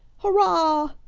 hurrah!